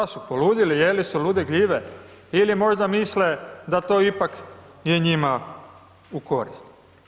Šta su pokudili, jeli su lude gljive ili možda misle, da to ipak je njima u koristi.